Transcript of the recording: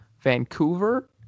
Vancouver